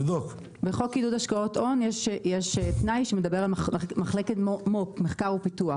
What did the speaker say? תנאי שמדבר על מחלקת מחקר ופיתוח.